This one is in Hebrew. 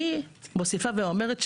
אני מוסיפה ואומרת,